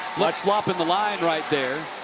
but slump in the line right there.